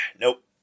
Nope